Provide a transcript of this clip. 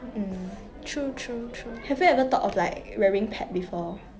mm true true true